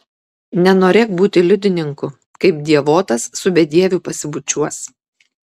nenorėk būti liudininku kaip dievotas su bedieviu pasibučiuos